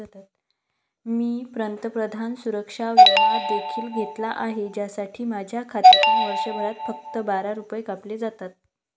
मी पंतप्रधान सुरक्षा विमा देखील घेतला आहे, ज्यासाठी माझ्या खात्यातून वर्षभरात फक्त बारा रुपये कापले जातात